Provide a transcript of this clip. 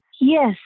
Yes